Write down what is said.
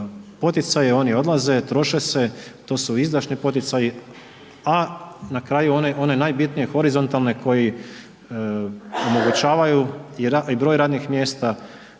poticaje, oni odlaze, troše se, to su izdašni poticaji, a na kraju one najbitnije horizontalne koji omogućavaju i broj radnih mjesta,